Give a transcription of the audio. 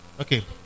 Okay